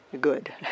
good